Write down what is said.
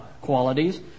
qualities